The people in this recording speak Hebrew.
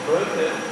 לא יותר.